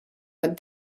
what